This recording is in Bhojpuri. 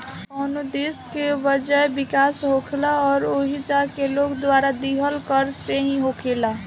कवनो देश के वजह विकास होखेला उ ओइजा के लोग द्वारा दीहल कर से ही होखेला